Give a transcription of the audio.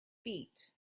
feet